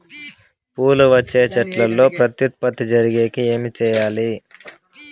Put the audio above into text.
పూలు వచ్చే చెట్లల్లో ప్రత్యుత్పత్తి జరిగేకి ఏమి చేయాలి?